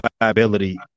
viability